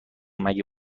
مگه